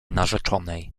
narzeczonej